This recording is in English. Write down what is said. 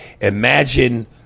imagine